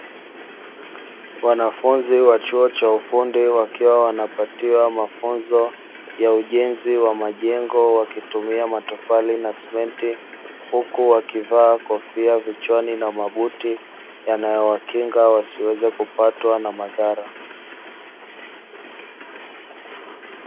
Wanafunzi wa chuo cha ufundi wakiwa wanapatiwa mafunzo ya ujenzi wa majengo wakitumia matofali na simenti. Huku wakivaa kofia kichwani na mabuti, yanayowakinga wasiweze kupatwa na madhara.